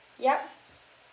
yup